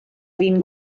fin